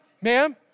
ma'am